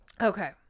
Okay